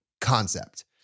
concept